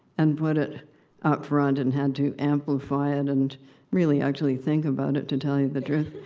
and put it up front, and had to amplify it, and really actually think about it, to tell you the truth.